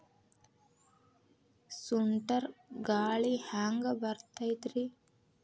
ಸುಂಟರ್ ಗಾಳಿ ಹ್ಯಾಂಗ್ ಬರ್ತೈತ್ರಿ?